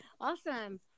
Awesome